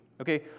Okay